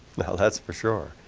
well that's for sure.